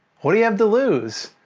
what do you have to lose?